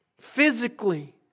physically